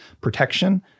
protection